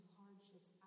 hardships